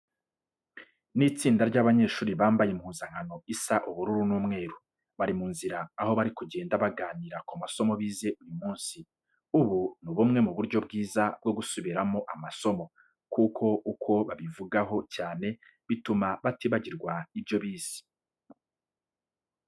Ni itsinda ry'abanyeshuri bambaye impuzankano isa ubururu n'umweru, bari mu nzira aho bari kugenda baganira ku masomo bize uyu munsi. Ubu ni bumwe mu buryo bwiza bwo gusubiramo amasomo kuko uko babivugaho cyane bituma batibagirwa ibyo bize.